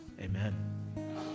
amen